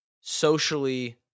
socially